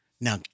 Now